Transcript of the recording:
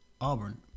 Auburn